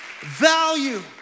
value